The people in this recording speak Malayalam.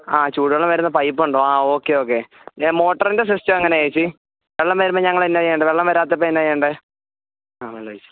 ആ ചൂട് വെള്ളം വരുന്ന പൈപ്പ് ഉണ്ടോ ആ ഓക്കെ ഓക്കെ ദേ മോട്ടോറിൻ്റെ സിസ്റ്റം എങ്ങനെയാണ് ചേച്ചി വെള്ളം വരുമ്പോൾ ഞങ്ങൾ എന്നാ ചെയ്യേണ്ടത് വെള്ളം വരാത്തപ്പോൾ എന്നാ ചെയ്യേണ്ടത് ആ വെള്ളം ഒഴിച്ച്